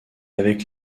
avec